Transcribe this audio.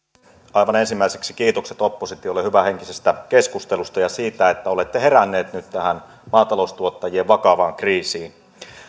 aivan ensimmäiseksi kiitokset oppositiolle hyvähenkisestä keskustelusta ja siitä että olette heränneet nyt tähän maataloustuottajien vakavaan kriisiin